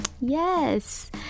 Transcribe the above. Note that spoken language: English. Yes